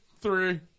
three